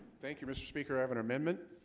thank you mr. speaker i have an amendment